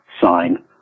sign